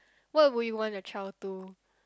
what would you want your child to